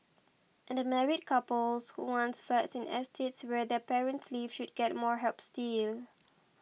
and married couples who want flats in estates where their parents live should get more help still